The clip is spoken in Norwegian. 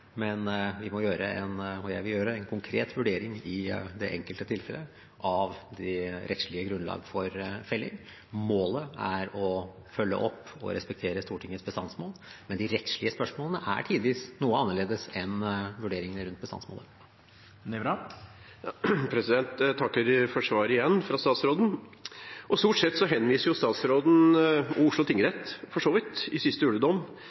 Vi må gjøre – og jeg vil gjøre – en konkret vurdering i det enkelte tilfellet av det rettslige grunnlaget for felling. Målet er å følge opp og respektere Stortingets bestandsmål, men de rettslige spørsmålene er tidvis noe annerledes enn vurderingene rundt bestandsmålet. Jeg takker igjen for svaret fra statsråden. Stort sett henviser statsråden – og Oslo tingrett, for så vidt, i siste